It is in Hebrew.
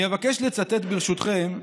אני אבקש לצטט, ברשותכם,